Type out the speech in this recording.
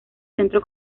centro